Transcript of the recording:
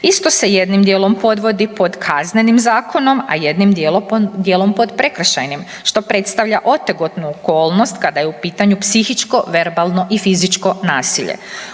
isto se jednim dijelom podvodi pod KZ-om, a jednim dijelom pod prekršajnim što predstavlja otegotnu okolnost kada je u pitanju psihičko, verbalno i fizičko nasilje.